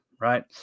right